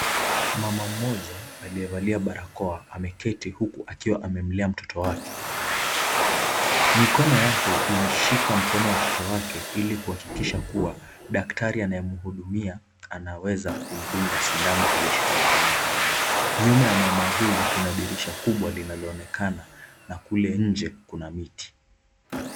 Mama mmoja aliyevalia barakoa ameketi huku akiwa amemlea mtoto wake Mikono yake imeshika mkono wa mtoto wake ili kuhakikisha kuwa daktari anayemhudumia anaweza kumdunga sindano aliyeshika mkononi. Nyuma ya mama huyu kuna dirisha kubwa linaloonekana na kule nje Kuna miti.